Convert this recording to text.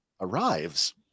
arrives